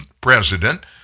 president